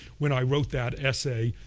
when i wrote that essay,